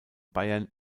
bayern